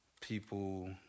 people